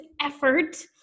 effort